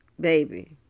Baby